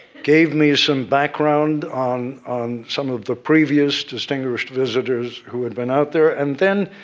gave me some background on on some of the previous distinguished visitors who had been out there. and, then,